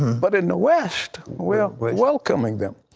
but in the west we're we're welcoming them.